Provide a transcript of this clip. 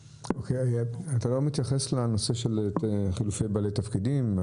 אתה לא מתייחס לנושא של חילופי בעלי תפקידים?